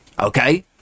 okay